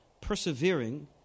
persevering